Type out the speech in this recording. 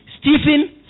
Stephen